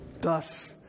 Thus